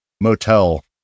motel